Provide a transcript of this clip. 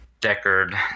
Deckard